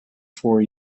four